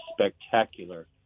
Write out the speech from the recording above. spectacular